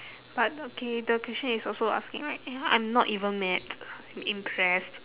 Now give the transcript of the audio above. but okay the question is also asking right ya I'm not even mad I'm impressed